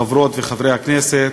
חברות וחברי הכנסת,